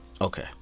okay